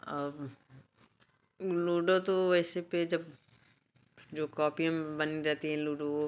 अब लुडो तो वैसे पे जब जो कॉपी में बनी रहती हैं लुडो वो